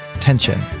tension